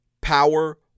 power